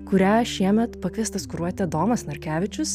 kurią šiemet pakviestas kuruoti adomas narkevičius